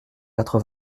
quatre